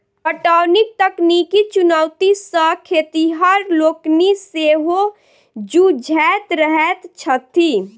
पटौनीक तकनीकी चुनौती सॅ खेतिहर लोकनि सेहो जुझैत रहैत छथि